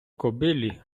кобилі